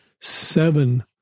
seven